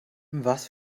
was